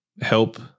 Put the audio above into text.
help